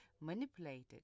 manipulated